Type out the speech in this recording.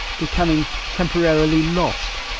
becoming temporarily lost,